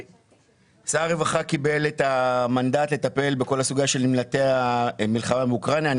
שר הרווחה קיבל את המנדט לטפל בכל הסוגייה של נמלטי המלחמה מאוקראינה,